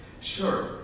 Sure